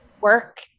work